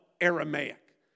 Aramaic